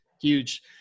huge